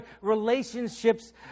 relationships